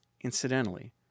Incidentally